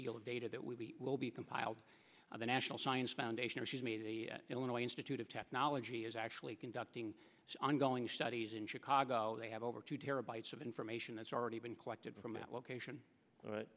deal of data that we will be compiled by the national science foundation and she's made the illinois institute of technology is actually conducting ongoing studies in chicago they have over two terabytes of information that's already been collected from that location